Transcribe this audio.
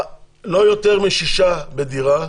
לא יותר משישה בדירה,